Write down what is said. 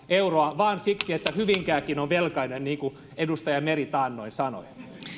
euroa vain siksi että hyvinkääkin on velkainen niin kuin edustaja meri taannoin sanoi